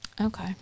Okay